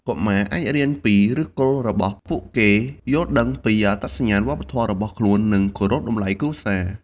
កុមារអាចរៀនពីឫសគល់របស់ពួកគេ យល់ដឹងពីអត្តសញ្ញាណវប្បធម៌របស់ខ្លួន និងគោរពតម្លៃគ្រួសារ។